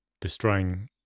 destroying